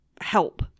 help